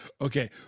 Okay